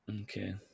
Okay